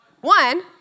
One